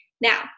Now